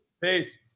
Peace